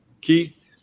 Keith